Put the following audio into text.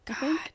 God